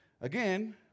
again